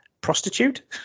prostitute